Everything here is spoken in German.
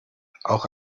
auch